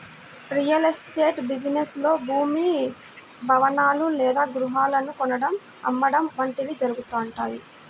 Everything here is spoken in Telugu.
రియల్ ఎస్టేట్ బిజినెస్ లో భూమి, భవనాలు లేదా గృహాలను కొనడం, అమ్మడం వంటివి జరుగుతుంటాయి